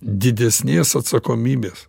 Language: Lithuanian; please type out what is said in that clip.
didesnės atsakomybės